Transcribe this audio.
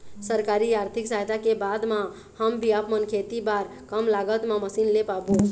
सरकारी आरथिक सहायता के बाद मा हम भी आपमन खेती बार कम लागत मा मशीन ले पाबो?